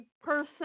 person